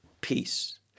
peace